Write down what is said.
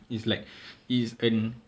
is like it is an